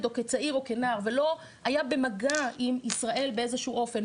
או כצעיר או כנער ולא היה במגע עם ישראל באיזשהו אופן,